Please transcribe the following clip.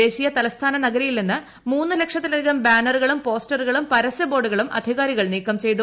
ദേശീയ തലസ്ഥാന നൃഗ്ത്രീയിൽ നിന്ന് ദ ലക്ഷത്തിലധികം ബാനറുകളും പ്ലോസ്റ്ററുകളും പരസ്യ ബോർഡുകളും അധികാരിക്കൾ നീക്കം ചെയ്തു